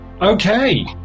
Okay